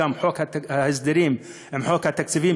חוק ההסדרים עם חוק התקציב,